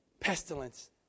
Pestilence